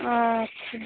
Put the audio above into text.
আচ্ছা